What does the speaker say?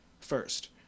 first